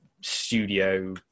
studio